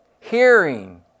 hearing